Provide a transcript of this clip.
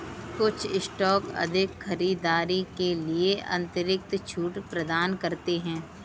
कुछ स्टोर अधिक खरीदारी के लिए अतिरिक्त छूट प्रदान करते हैं